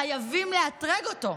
חייבים לאתרג אותו.